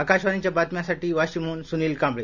आकाशवाणीच्या बातम्यांसाठी वाशिमहन सुनील कांबळे